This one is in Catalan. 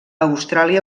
austràlia